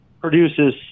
produces